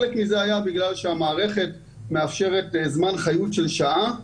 חלק מזה היה בגלל שהמערכת מאפשרת זמן חיות של שעה,